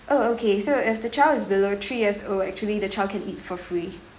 oh okay so if the child is below three years old actually the child can eat for free